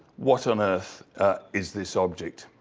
what on earth is this object?